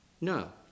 no